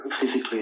physically